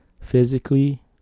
physically